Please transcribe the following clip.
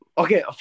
Okay